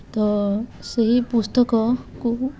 ତ ସେହି ପୁସ୍ତକକୁ